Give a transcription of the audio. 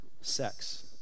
sex